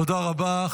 תודה רבה.